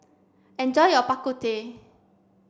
enjoy your Bak Kut Teh